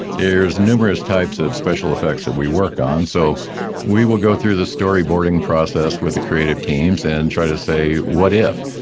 there's numerous types of special effects that we work on. so we will go through the storyboarding process with the creative teams and try to say, what if?